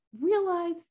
realize